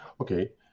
Okay